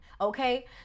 okay